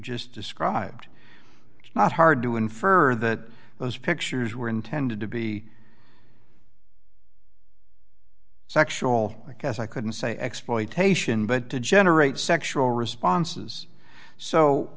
just described it's not hard to infer that those pictures were intended to be sexual i guess i couldn't say exploitation but to generate sexual responses so